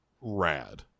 rad